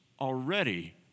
already